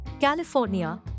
California